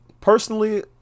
personally